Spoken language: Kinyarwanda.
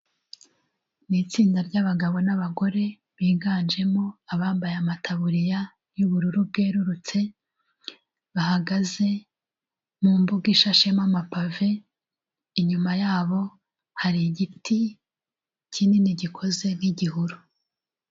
Ni itsinda ry'abagabo n'abagore biganjemo abambaye amataburiya y'ubururu bwererutse, bahagaze mu mbuga ishashemo amapave, inyuma yabo hari igiti kinini gikoze nk'igihuru.